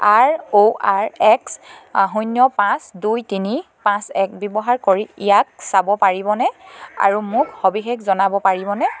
R O R X শূন্য পাঁচ দুই তিনি পাঁচ এক ব্যৱহাৰ কৰি ইয়াক চাব পাৰিবনে আৰু মোক সবিশেষ জনাব পাৰিবনে